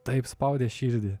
taip spaudė širdį